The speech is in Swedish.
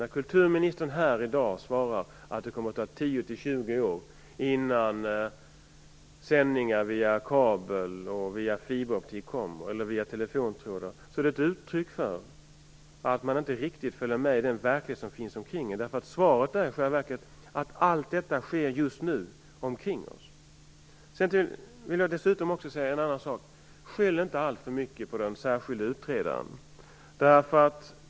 När kulturministern i dag svarar att det kommer att ta 10-20 år innan sändningar via kabel och fiberoptik kommer är det ett uttryck för att man inte riktigt följer med i den verklighet som finns omkring oss. Svaret är i själva verket att allt detta sker just nu. Skyll inte alltför mycket på den särskilda utredaren.